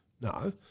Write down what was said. No